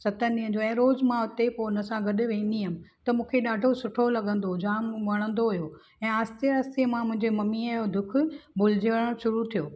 सतनि ॾींहंनि जो ऐं रोज़ मां उते पोइ हुनसां गॾु वेंदी हुअमि त मूंखे ॾाढो सुठो लॻंदो हुओ जाम वणंदो हुओ ऐं आहिस्ते आहिस्ते मां मुंहिंजे ममीअ जो दुखु भुलजियणु शुरु थियो